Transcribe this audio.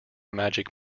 magic